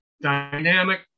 dynamic